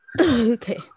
okay